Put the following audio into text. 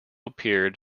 appeared